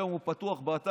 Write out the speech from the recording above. היום הוא פתוח באתר,